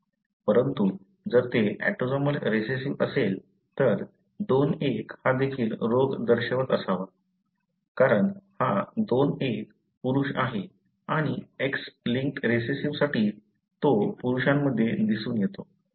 परंतु जर ते ऑटोसोमल रिसेसिव्ह असेल तर II 1 हा देखील रोग दर्शवत असावा कारण हा II 1 पुरुष आहे आणि X लिंक्ड रिसेसिव्हसाठी तो पुरुषांमध्ये दिसून येतो